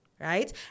Right